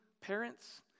parents